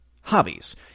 Hobbies